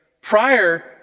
prior